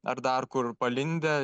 ar dar kur palindę